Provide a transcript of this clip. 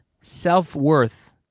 self-worth